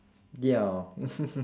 ya